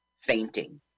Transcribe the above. fainting